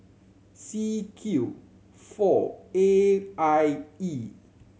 C Q four A I E